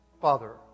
Father